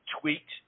tweaked